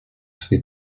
swej